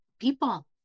people